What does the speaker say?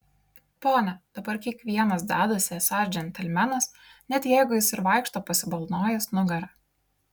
pone dabar kiekvienas dedasi esąs džentelmenas net jeigu jis ir vaikšto pasibalnojęs nugarą